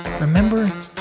remember